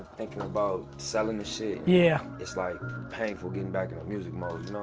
thinking about selling the shit. yeah. it's like painful getting back into music mode.